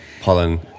pollen